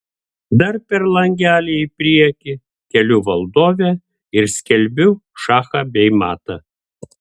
dar per langelį į priekį keliu valdovę ir skelbiu šachą bei matą